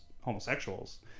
homosexuals